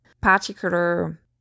particular